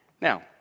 Now